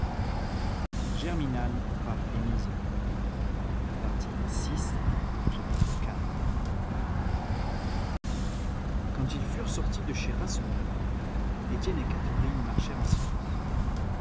iv quand ils furent sortis de chez rasseneur étienne et catherine marchèrent en silence